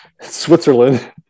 Switzerland